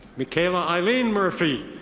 mikayla eileen murphy.